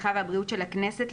הרווחה והבריאות של הכנסת,